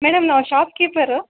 madam ನಾವು shopkeeper